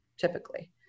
typically